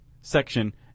section